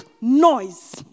noise